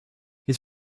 his